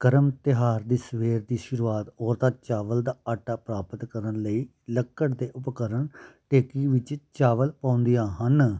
ਕਰਮ ਤਿਉਹਾਰ ਦੀ ਸਵੇਰ ਦੀ ਸ਼ੁਰੂਆਤ ਔਰਤਾਂ ਚਾਵਲ ਦਾ ਆਟਾ ਪ੍ਰਾਪਤ ਕਰਨ ਲਈ ਲੱਕੜ ਦੇ ਉਪਕਰਣ ਢੇਕੀ ਵਿੱਚ ਚਾਵਲ ਪਾਉਂਦੀਆਂ ਹਨ